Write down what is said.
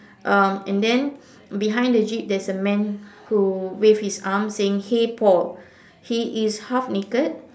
um and then behind the jeep there is a man who wave his arm saying hey Paul he is half naked